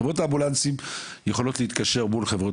חברות האמבולנסים יכולות להתקשר מול חברות